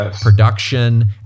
production